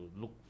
look